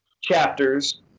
chapters